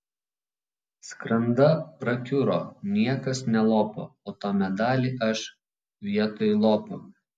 skranda prakiuro niekas nelopo o tą medalį aš vietoj lopo